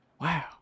wow